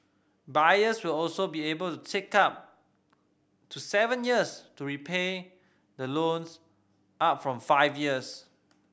buyers will also be able to take up to seven years to repay the loans up from five years